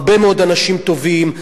הרבה מאוד אנשים טובים,